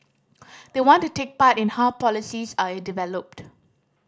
they want to take part in how policies are developed